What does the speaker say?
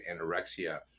anorexia